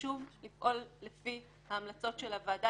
חשוב לפעול לפי ההמלצות של הוועדה,